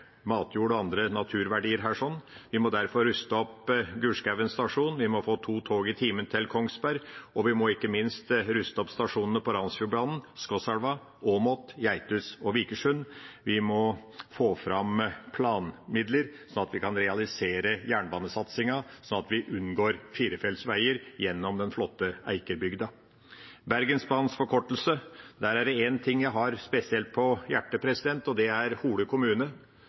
andre naturverdier. Vi må derfor ruste opp Gulskogen stasjon, vi må få to tog i timen til Kongsberg, og vi må ikke minst ruste opp stasjonene på Randsfjordbanen – Skotselv, Åmot, Geithus og Vikersund. Vi må få fram planmidler, slik at vi kan realisere jernbanesatsingen, så vi unngår firefelts veier gjennom den flotte Eikerbygda. Når det gjelder Bergensbanens forkortelse, er det én ting jeg har spesielt på hjertet, og det er Hole kommune.